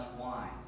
wine